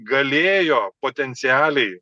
galėjo potencialiai